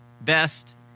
best